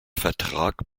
vertrag